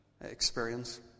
experience